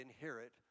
inherit